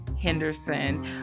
henderson